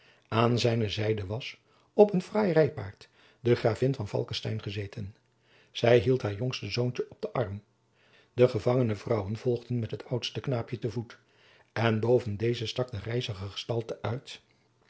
aan zijne zijde was op een fraai rijpaard de gravin van falckestein gezeten zij hield haar jongste zoontje op den arm de gevangene vrouwen volgden met het oudste knaapje te voet en boven deze stak de rijzige gestalte uit